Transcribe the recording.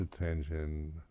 attention